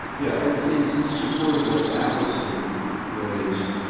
yeah and in support of what allison raised,